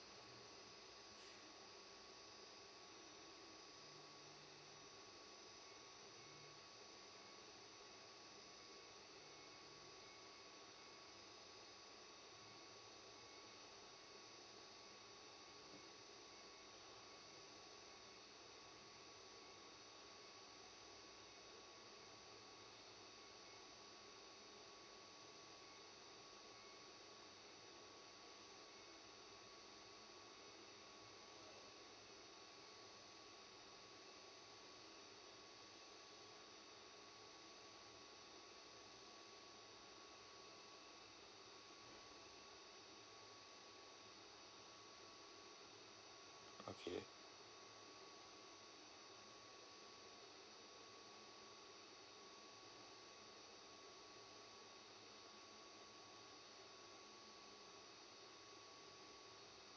okay